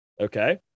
Okay